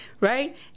Right